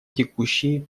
текущие